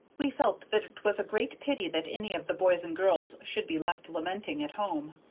we felt that it was a great pity that any of the boys and girls should be left lamenting at home,